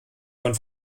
von